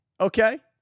Okay